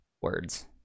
words